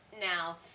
Now